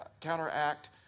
counteract